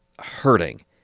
hurting